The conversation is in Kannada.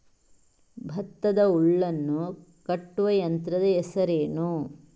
ಭತ್ತದ ಹುಲ್ಲನ್ನು ಕಟ್ಟುವ ಯಂತ್ರದ ಹೆಸರೇನು?